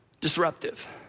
disruptive